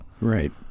right